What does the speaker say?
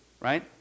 right